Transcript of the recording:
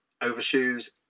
overshoes